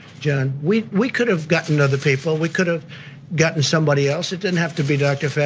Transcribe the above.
john. we we could have gotten other people, we could have gotten somebody else. it didn't have to be dr. fauci.